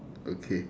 okay